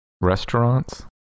Restaurants